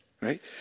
right